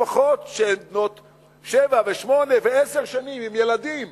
משפחות ששבע ושמונה ועשר שנים עם ילדים,